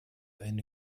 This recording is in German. eine